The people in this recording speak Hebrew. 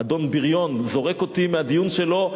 אדון בריון זורק אותי מהדיון שלו,